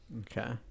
Okay